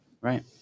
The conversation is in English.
Right